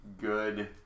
Good